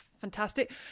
fantastic